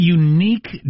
unique